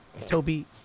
Toby